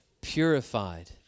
purified